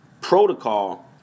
protocol